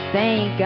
Thank